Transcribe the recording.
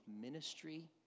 ministry